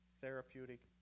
therapeutic